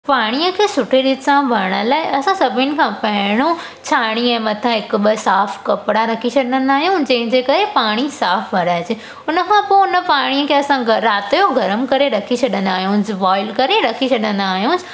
पाणीअ खे सुठे रीति सां वणण लाइ असां सभिनि खां पहिरियों छाणीअ मथां हिकु ॿ साफ़ु कपिड़ा रखी छॾींदा आहियूं जंहिंजे करे पाणी साफ़ु भराइजे हुनखां पोइ हुन पाणीअ खे ग राति जो गरम करे रखी छॾींदा आहियूं बॉइल करे रखी छॾींदा आहियूं